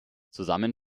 zusammen